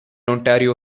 ontario